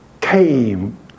came